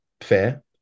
fair